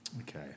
Okay